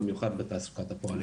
במיוחד בתעסוקת הפועלים.